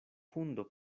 hundo